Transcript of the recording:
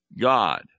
god